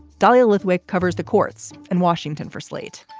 dahlia lithwick covers the courts in washington for slate.